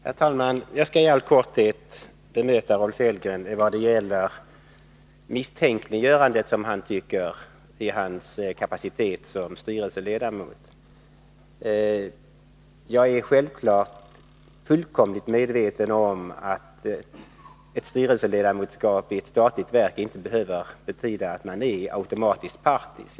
Herr talman! Jag skall i all korthet bemöta Rolf Sellgren i vad det gäller misstänkliggörandet — som han tycker att det är — av hans ställning som styrelseledamot. Jag är självfallet fullkomligt medveten om att ett styrelseledamotskap i ett statligt verk inte automatiskt behöver betyda att man är partisk.